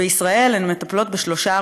בישראל הן מטפלות בשלושה,